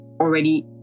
already